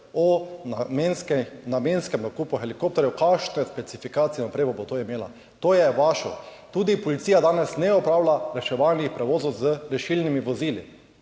o namenskem nakupu helikopterjev, kakšne specifikacije in opremo bo imela. To je vaše. Tudi policija danes ne opravlja reševalnih prevozov z rešilnimi vozili,